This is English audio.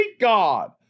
God